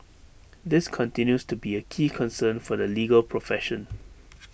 this continues to be A key concern for the legal profession